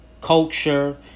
culture